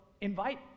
invite